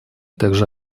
также